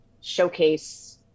showcase